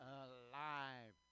alive